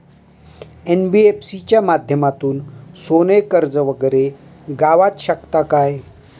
NBFC च्या माध्यमातून सोने कर्ज वगैरे गावात शकता काय?